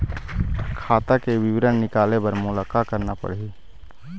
खाता के विवरण निकाले बर मोला का करना पड़ही?